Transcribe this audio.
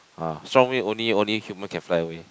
ah strong wind only only human can fly away